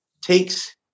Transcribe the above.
takes